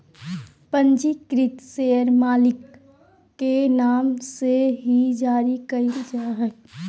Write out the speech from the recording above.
पंजीकृत शेयर मालिक के नाम से ही जारी क़इल जा हइ